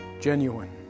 genuine